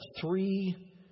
three